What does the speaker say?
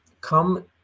come